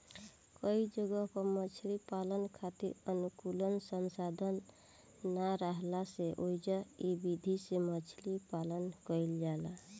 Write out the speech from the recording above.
कई जगह पर मछरी पालन खातिर अनुकूल संसाधन ना राहला से ओइजा इ विधि से मछरी पालन कईल जाला